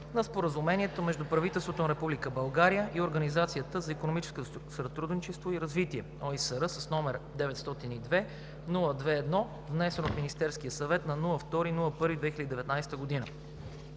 на Споразумението между правителството на Република България и Организацията за икономическо сътрудничество и развитие (ОИСР), № 902-02-1, внесен от Министерския съвет на 2 януари 2019 г.